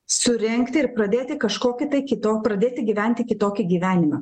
surengti ir pradėti kažkokį tai kito pradėti gyventi kitokį gyvenimą